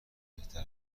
بهتر